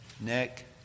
Nick